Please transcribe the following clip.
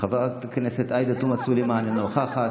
חברת הכנסת עאידה תומא סלימאן, אינה נוכחת,